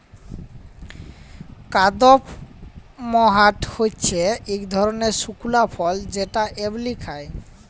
কাদপমহাট হচ্যে ইক ধরলের শুকলা ফল যেটা এমলি খায়